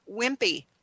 wimpy